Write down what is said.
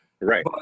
right